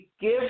give